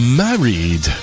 married